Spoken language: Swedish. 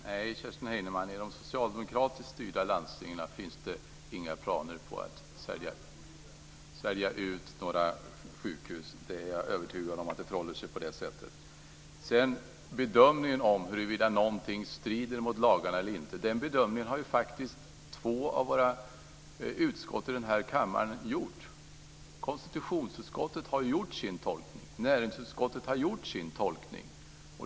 Fru talman! Nej, i de socialdemokratiskt styrda landstingen finns det inga planer på att sälja ut några sjukhus. Jag är övertygad om att det förhåller sig på det sättet. Bedömningen av huruvida någonting strider mot lagarna eller inte har ju två av våra utskott i riksdagen gjort. Konstitutionsutskottet har gjort sin tolkning, och näringsutskottet har gjort sin tolkning.